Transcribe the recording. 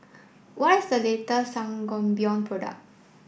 what is the latest Sangobion product